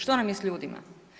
Što nam je sa ljudima?